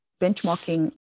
benchmarking